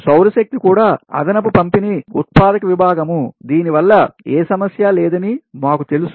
సౌరశక్తి కూడా అదనపు పంపిణీ ఉత్పాదక విభాగము దీనివల్ల ఏ సమస్య లేదని మాకు తెలుసు